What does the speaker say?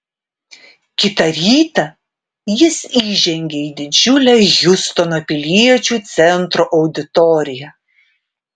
kitą rytą jis įžengė į didžiulę hjustono piliečių centro auditoriją